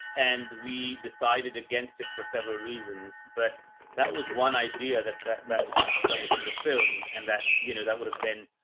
and we decided against it for several reasons, but that was one idea that, that, that, that was, that was in the film and that, you know, that would have been,